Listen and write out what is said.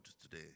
today